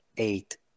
eight